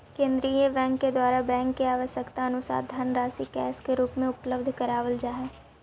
केंद्रीय बैंक के द्वारा बैंक के आवश्यकतानुसार धनराशि कैश के रूप में उपलब्ध करावल जा हई